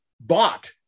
bought